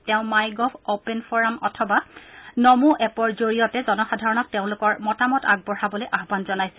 তেওঁ my gov open forum অথবা নমো এপৰ জৰিয়তে জনসাধাৰণক তেওঁলোকৰ মতামত আগবঢ়াবলৈ আহান জনাইছে